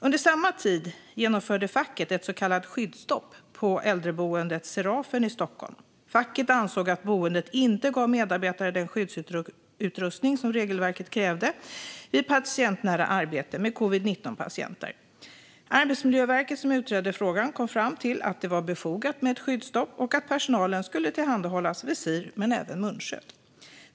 Under samma tid genomförde facket ett så kallat skyddsstopp på äldreboendet Serafen i Stockholm. Facket ansåg att boendet inte gav medarbetare den skyddsutrustning som regelverket krävde vid patientnära arbete med covid-19-patienter. Arbetsmiljöverket, som utredde frågan, kom fram till att det var befogat med ett skyddsstopp och att personalen skulle tillhandahållas såväl visir som munskydd.